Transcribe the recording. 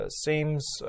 seems